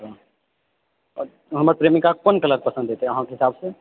अच्छा हमर प्रेमिकाके कोन कलर पसन्द एतै अहाँकेॅं हिसाबसे